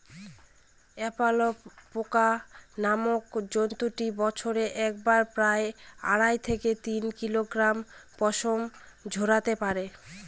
alpaca নামক জন্তুটি বছরে একবারে প্রায় আড়াই থেকে তিন কিলোগ্রাম পশম ঝোরাতে পারে